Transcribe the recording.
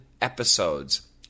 episodes